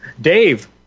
dave